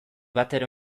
batere